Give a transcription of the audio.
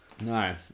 No